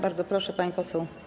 Bardzo proszę, pani poseł.